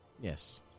Yes